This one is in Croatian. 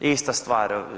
Ista stvar.